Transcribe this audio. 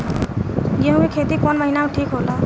गेहूं के खेती कौन महीना में ठीक होला?